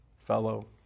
Fellow